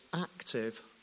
active